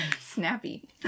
Snappy